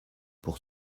pour